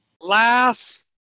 Last